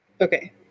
okay